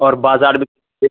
اور بازار بھی